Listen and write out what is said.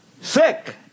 Sick